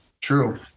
true